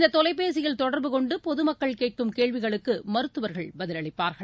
இந்த தொலைபேசியில் தொடர்பு கொண்டு பொதுமக்கள் கேட்கும் கேள்விகளுக்கு மருத்துவர்கள் பதிலளிப்பார்கள்